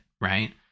Right